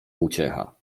uciecha